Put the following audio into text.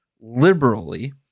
liberally